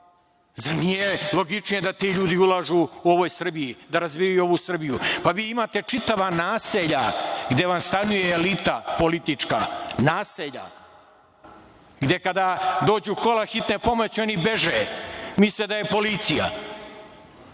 zar nije logičnije da ti ljudi ulažu u ovoj Srbiji, da razvijaju ovu Srbiju? Pa, vi imate čitava naselja gde vam stanuje elita politička, naselja, gde kada dođu kola hitne pomoći, oni beže, misle da je policija.